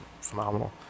phenomenal